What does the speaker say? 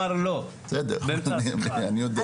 ולכן אני אומר,